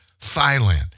Thailand